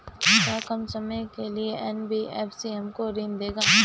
का कम समय के लिए एन.बी.एफ.सी हमको ऋण देगा?